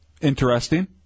interesting